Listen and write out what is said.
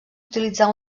utilitzar